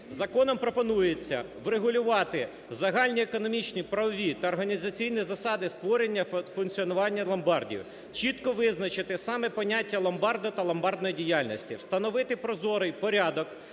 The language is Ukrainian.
Законом пропонується врегулювати загальні економічні правові та організаційні засади створення, функціонування ломбардів; чітко визначити саме поняття ломбарду та ломбардної діяльності; встановити прозорий порядок